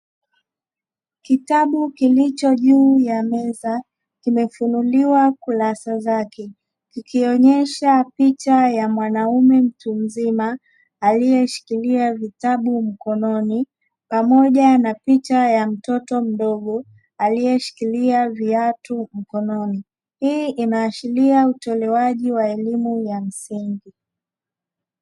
Kitabu kilicho juu ya meza kimefunuliwa kurasa zake kikionesha picha ya mwanaume mtu mzima aliye shikilia vitabu mkononi, pamoja na picha ya mtoto mdogo aliye shikilia viatu mkononi, hii inaashiria utolewaji wa elimu ya msingi.